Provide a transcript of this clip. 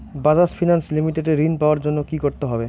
Bajaj finance limited এ ঋন পাওয়ার জন্য কি করতে হবে?